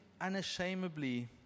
unashamedly